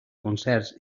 concerts